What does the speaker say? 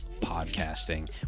podcasting